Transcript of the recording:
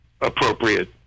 appropriate